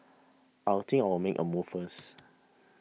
I'll think I'll make a move first